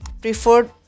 preferred